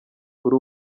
kuri